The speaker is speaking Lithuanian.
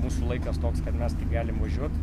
mūsų laikas toks kad mes galim važiuot